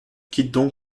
quittent